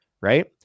right